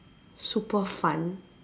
super fun